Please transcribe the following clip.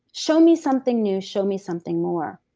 show me something new, show me something more.